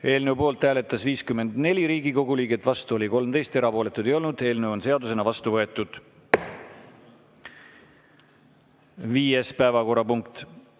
Eelnõu poolt hääletas 54 Riigikogu liiget, vastu oli 13, erapooletuid ei olnud. Eelnõu on seadusena vastu võetud. Viies päevakorrapunkt: